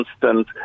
constant